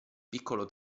piccolo